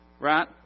Right